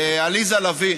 עליזה לביא,